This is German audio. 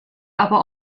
aber